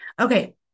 Okay